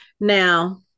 Now